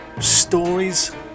stories